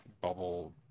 bubble